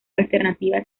alternativa